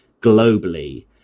globally